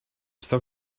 still